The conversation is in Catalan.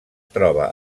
troba